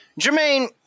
Jermaine